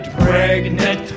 pregnant